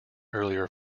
earlier